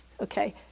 okay